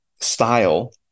style